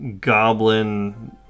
goblin